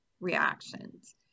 reactions